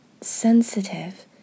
sensitive